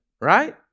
right